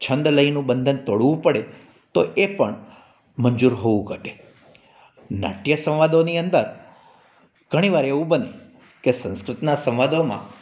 છંદ લય નું બંધન તોડવું પડે તો એ પણ મંજૂર હોવું ઘટે નાટ્ય સંવાદોની અંદર ઘણી વાર એવું બને કે સંસ્કૃતનાં સંવાદોમાં